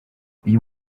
uyu